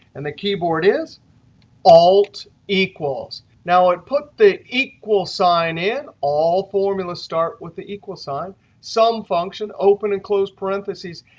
and the keyboard is alt equals. now, i put the equal sign in all formulas start with the equal sign sum function, open and close parentheses,